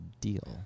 deal